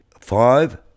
five